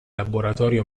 laboratorio